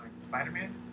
Spider-Man